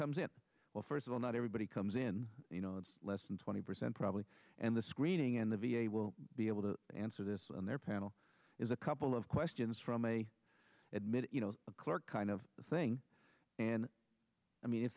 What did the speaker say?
comes in well first of all not everybody comes in you know it's less than twenty percent probably and the screening and the v a will be able to answer this on their panel is a couple of questions from a admitted you know a clerk kind of thing and i mean if